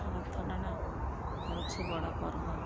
ରଥଟଣା ହେଉଛି ବଡ଼ ପର୍ବ